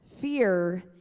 fear